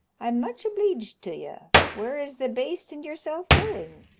i'm much obleeged to you where is the baste and yourself going?